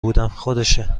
بودم، خودشه